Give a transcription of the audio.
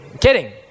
Kidding